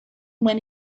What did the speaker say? when